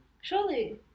Surely